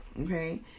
okay